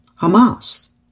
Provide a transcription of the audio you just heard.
Hamas